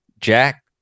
Jack